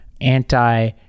anti